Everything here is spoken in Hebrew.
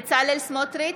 בהצבעה בצלאל סמוטריץ'